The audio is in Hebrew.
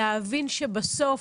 להבין שבסוף